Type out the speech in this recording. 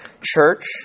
church